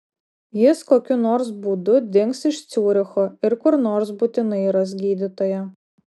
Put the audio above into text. jis kokiu nors būdu dings iš ciuricho ir kur nors būtinai ras gydytoją